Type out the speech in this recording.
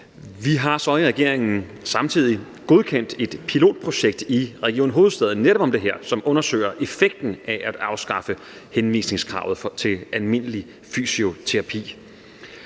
Vi har så i regeringen samtidig godkendt et pilotprojekt i Region Hovedstaden om netop det her, som undersøger effekten af at afskaffe henvisningskravet til almindelig fysioterapi.